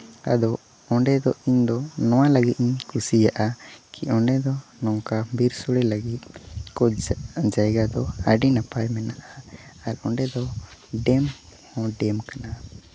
ᱟᱫᱚ ᱚᱸᱰᱮ ᱫᱚ ᱤᱧᱫᱚ ᱱᱚᱣᱟ ᱞᱟᱹᱜᱤᱫ ᱤᱧ ᱠᱩᱥᱤᱭᱟᱜᱼᱟ ᱠᱤ ᱚᱸᱰᱮ ᱫᱚ ᱱᱚᱝᱠᱟ ᱵᱤᱨ ᱥᱳᱲᱮ ᱞᱟᱹᱜᱤᱫ ᱠᱚ ᱡᱟᱭᱜᱟ ᱠᱚ ᱟᱹᱰᱤ ᱱᱟᱯᱟᱭ ᱢᱮᱱᱟᱜᱼᱟ ᱟᱨ ᱚᱸᱰᱮ ᱫᱚ ᱰᱮᱢ ᱦᱚᱸ ᱰᱮᱢ ᱠᱟᱱᱟ